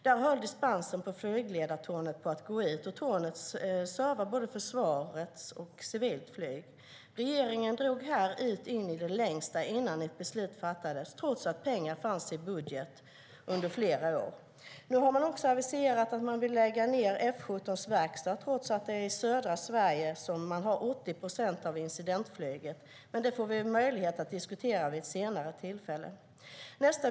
Där håller dispensen för flygledartornet på att gå ut, och tornet servar både försvarets flyg och civilt flyg. Regeringen drog ut in i det längsta innan ett beslut fattades, trots att pengar funnits i budgeten under flera år. Nu har man aviserat att man vill lägga ned F 17:s verkstad, trots att man har 80 procent av incidentflyget i södra Sverige. Men det får vi möjlighet att diskutera vid ett senare tillfälle.